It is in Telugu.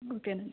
ఓకేనండి